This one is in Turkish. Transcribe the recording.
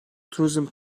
turizm